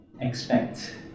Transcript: expect